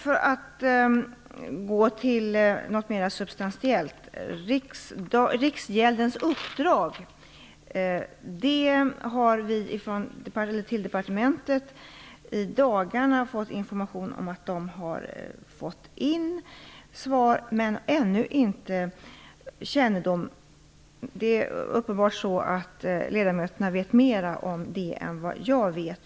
För att gå till något mera substantiellt, nämligen Riksgäldskontorets uppdrag, kan jag säga att vi på departementet i dagarna har fått information om att man har fått in svar men att vi ännu inte har kännedom om innehållet i svaren. Det är uppenbarligen så att ledamöterna vet mer om det än vad jag vet.